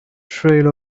trail